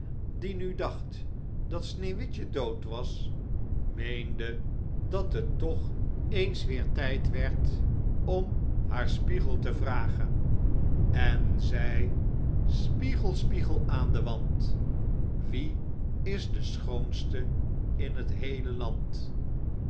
die nu dacht dat sneeuwwitje dood was meende dat het toch eens weêr tijd werd om haar spiegel te vragen en zei j j a goeverneur oude sprookjes spiegel spiegel aan den wand wie is de schoonste in t heele land